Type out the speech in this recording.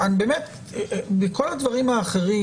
בכל הדברים האחרים,